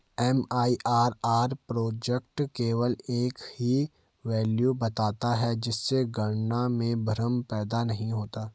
MIRR project केवल एक ही वैल्यू बताता है जिससे गणना में भ्रम पैदा नहीं होता है